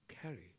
Carry